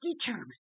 determined